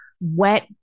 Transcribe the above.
Wet